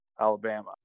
Alabama